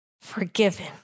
forgiven